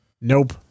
Nope